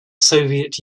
soviet